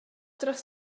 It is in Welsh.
dros